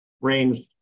ranged